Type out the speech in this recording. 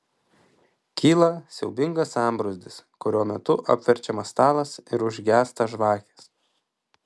kyla siaubingas sambrūzdis kurio metu apverčiamas stalas ir užgęsta žvakės